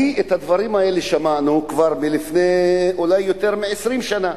את הדברים האלה שמענו כבר לפני אולי יותר מ-20 שנה.